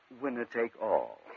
winner-take-all